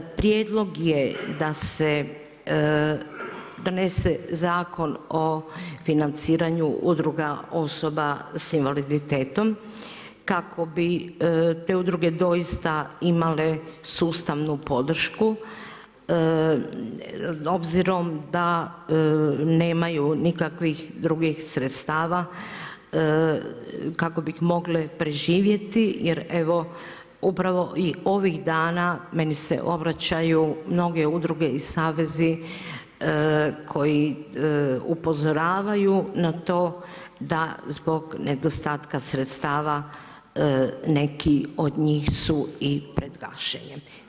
Prijedlog je da se donese zakon o financiranju udruga osoba s invaliditetom kako bi te udruge doista imale sustavnu podršku obzirom da nemaju nikakvih drugih sredstava kako bi mogle preživjeti jer evo, upravo i ovih dana meni se obraćaju mnoge udruge i savezi koji upozoravaju na to zbog nedostatka sredstava neki od njih su i pred gašenjem.